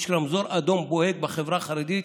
יש רמזור אדום בוהק בחברה החרדית.